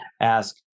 ask